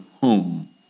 home